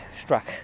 struck